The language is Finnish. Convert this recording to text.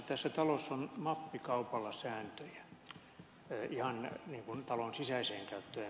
tässä talossa on mappikaupalla sääntöjä ihan talon sisäiseen käyttöön